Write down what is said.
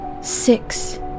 six